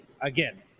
Again